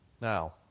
Now